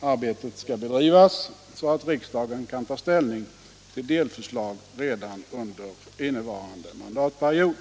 Arbetet skall bedrivas så att riksdagen kan ta ställning till delförslag redan under innevarande mandatperiod.